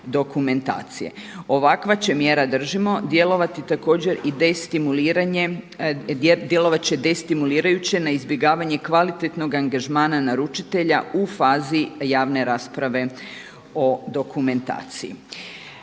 Ovakva će mjera držimo djelovati destimulirajuće na izbjegavanje kvalitetnog angažmana naručitelja u fazi javne rasprave o dokumentaciji.